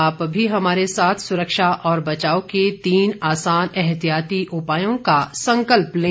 आप भी हमारे साथ सुरक्षा और बचाव के तीन आसान एहतियाती उपायों का संकल्प लें